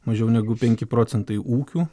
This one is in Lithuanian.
mažiau negu penki procentai ūkių